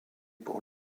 pour